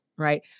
Right